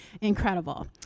Incredible